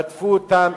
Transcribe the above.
רדפו אותם,